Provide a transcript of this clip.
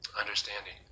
Understanding